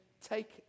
take